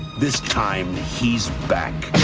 this time he's back